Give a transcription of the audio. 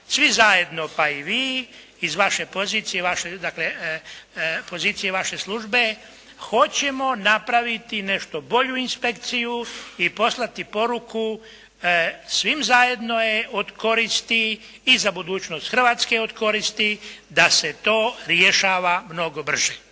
svi zajedno pa i vi iz vaše pozicije dakle pozicije vaše službe hoćemo napraviti nešto bolju inspekciju i poslati poruku, svim zajedno je od koristi i za budućnost Hrvatske je od koristi da se to rješava mnogo brže.